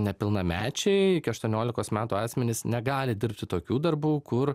nepilnamečiai iki aštuoniolikos metų asmenys negali dirbti tokių darbų kur